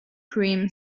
cream